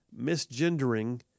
misgendering